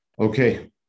Okay